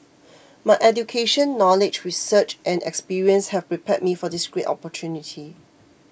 my education knowledge research and experience have prepared me for this great opportunity